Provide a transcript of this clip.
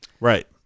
right